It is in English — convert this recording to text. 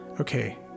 okay